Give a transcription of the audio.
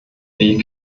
weg